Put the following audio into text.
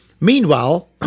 Meanwhile